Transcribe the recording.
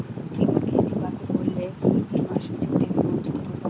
বিমার কিস্তি বাকি পড়লে কি বিমার সুযোগ থেকে বঞ্চিত হবো?